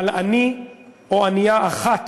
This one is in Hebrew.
על עני או ענייה אחת